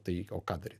tai ką daryt